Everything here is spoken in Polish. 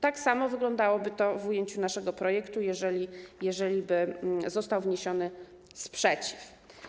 Tak samo wyglądałoby to w ujęciu naszego projektu, jeżeliby został wniesiony sprzeciw.